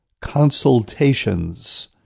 consultations